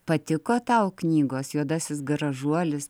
patiko tau knygos juodasis gražuolis